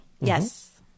Yes